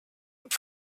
und